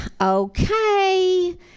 Okay